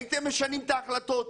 הייתם משנים את ההחלטות.